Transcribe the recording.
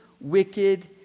wicked